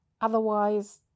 Otherwise